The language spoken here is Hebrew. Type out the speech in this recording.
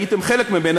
הייתם חלק ממנה,